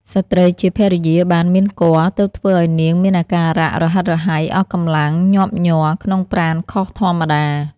ស្ត្រីជាភរិយាបានមានគភ៌ ទើបធ្វើអោយនាងមានអាការៈរហិតរហៃអស់កម្លាំង ញាប់ញ័រ ក្នុងប្រាណខុសធម្មតា ។